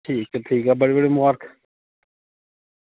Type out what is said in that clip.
ठीक ऐ ठीक बड़ी बड़ी मुबारक